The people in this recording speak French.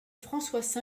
françois